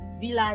village